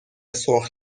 سرخ